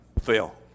fail